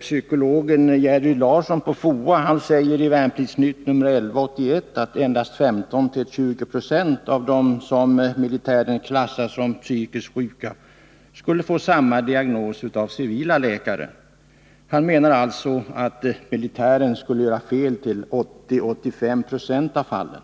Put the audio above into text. Psykologen Gerry Larsson på FOA säger i Värnplikts-Nytt nr 11/81 att för endast 15-20 26 av dem som militären klassar som psykiskt sjuka skulle samma diagnos ställas av civila läkare. Han menar alltså att militären skulle göra feli 80-85 96 av fallen.